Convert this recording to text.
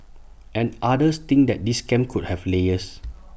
and others think that this scam could have layers